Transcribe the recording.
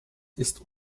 ist